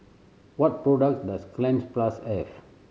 what products does Cleanz Plus have